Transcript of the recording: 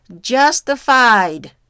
justified